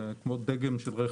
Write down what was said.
כמו דגם של רכב.